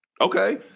Okay